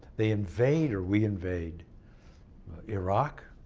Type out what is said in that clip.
they invade, or we invade iraq,